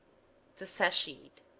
to satiate